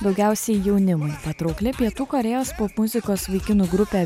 daugiausiai jaunimui patraukli pietų korėjos popmuzikos vaikinų grupė